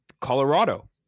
Colorado